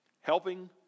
helping